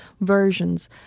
versions